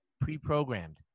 pre-programmed